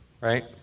right